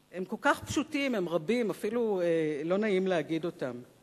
והם כל כך פשוטים, עד שאפילו לא נעים להגיד אותם: